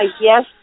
Yes